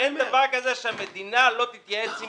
שאין דבר כזה שהמדינה לא תתייעץ עם